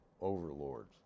overlords